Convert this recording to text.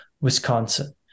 Wisconsin